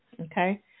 Okay